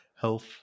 health